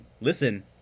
listen